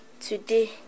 Today